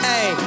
Hey